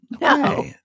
No